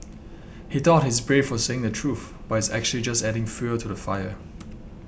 he thought he's brave for saying the truth but is actually just adding fuel to the fire